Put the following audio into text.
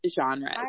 genres